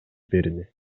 берди